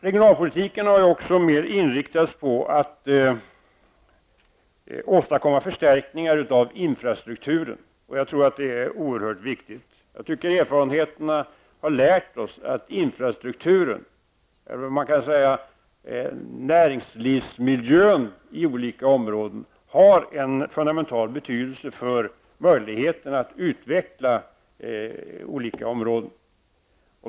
Regionalpolitiken har mer inriktats på att åstadkomma förstärkningar av infrastrukturen, och jag tror att det är oerhört viktigt. Erfarenheterna har lärt oss att infrastrukturen -- näringslivsmiljön i olika områden -- har en fundamental betydelse för möjligheterna att utveckla olika områden.